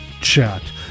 chat